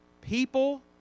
people